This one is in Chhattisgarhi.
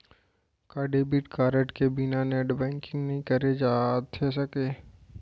का डेबिट कारड के बिना नेट बैंकिंग नई करे जाथे सके?